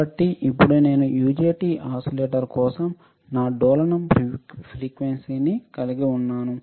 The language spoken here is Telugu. కాబట్టి ఇప్పుడు నేను యుజెటి ఓసిలేటర్ కోసం నా డోలనం ఫ్రీక్వెన్సీని కలిగి ఉన్నాను